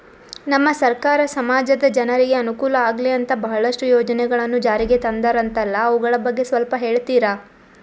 ನಮ್ಮ ಸರ್ಕಾರ ಸಮಾಜದ ಜನರಿಗೆ ಅನುಕೂಲ ಆಗ್ಲಿ ಅಂತ ಬಹಳಷ್ಟು ಯೋಜನೆಗಳನ್ನು ಜಾರಿಗೆ ತಂದರಂತಲ್ಲ ಅವುಗಳ ಬಗ್ಗೆ ಸ್ವಲ್ಪ ಹೇಳಿತೀರಾ?